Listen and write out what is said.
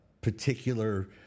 particular